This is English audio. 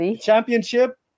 championship